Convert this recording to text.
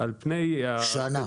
שנה.